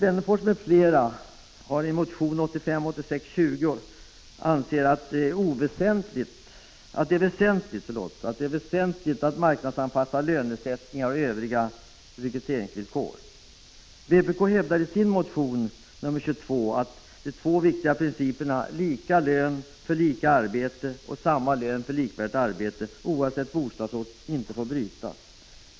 Vpk hävdar i sin motion 1985/86:22 att de två viktiga principerna lika lön för lika arbete och samma lön för likvärdigt arbete — oavsett bostadsort — inte får brytas.